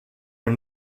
are